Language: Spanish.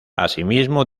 asimismo